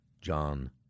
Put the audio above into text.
John